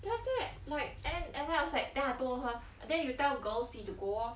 then after that like and then and then I was like then I told her then you tell girl C to go orh